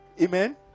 Amen